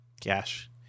Cash